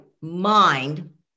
mind